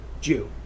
Jew